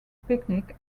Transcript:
picnic